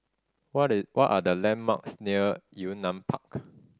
what what are the landmarks near Yunnan Park